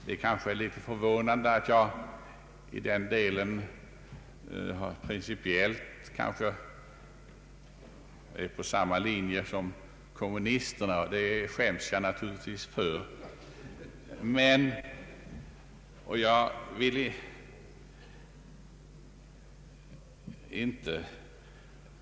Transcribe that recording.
Det är kanske litet förvånande att jag i den delen principiellt är på samma linje som kommunisterna. Det borde jag naturligtvis skämmas för.